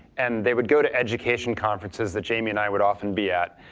and they would go to education conferences that jamie and i would often be at,